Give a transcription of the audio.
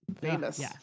Famous